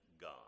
God